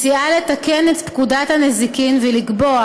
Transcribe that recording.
מציעה לתקן את פקודת הנזיקין ולקבוע